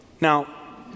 Now